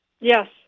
Yes